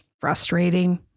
frustrating